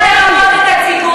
זה מה שנקרא לרמות את הציבור.